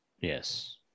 Yes